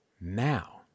Now